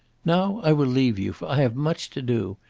now i will leave you, for i have much to do.